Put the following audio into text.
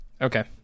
Okay